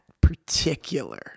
particular